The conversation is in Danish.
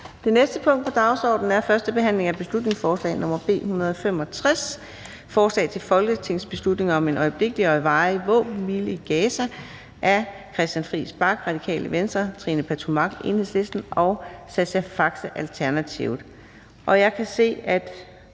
Det næste punkt på dagsordenen er: 5) 1. behandling af beslutningsforslag nr. B 165: Forslag til folketingsbeslutning om en øjeblikkelig og varig våbenhvile i Gaza. Af Christian Friis Bach (RV), Trine Pertou Mach (EL) og Sascha Faxe